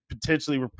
potentially